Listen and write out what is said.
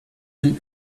him